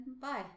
bye